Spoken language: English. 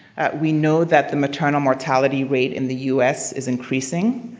we know that the maternal mortality rate in the us is increasing.